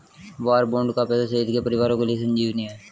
वार bond का पैसा शहीद के परिवारों के लिए संजीवनी है